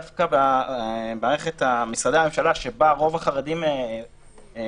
דווקא במערכת משרדי הממשלה שבה רוב החרדים רשומים,